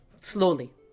slowly